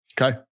Okay